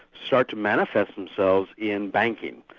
start to manifest themselves in banking.